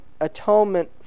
atonement